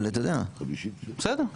בסדר.